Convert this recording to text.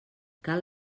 cal